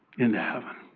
into heaven